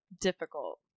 Difficult